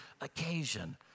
occasion